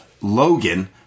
Logan